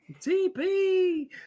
TP